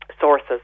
sources